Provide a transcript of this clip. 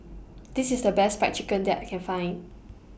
This IS The Best Fried Chicken that I Can Find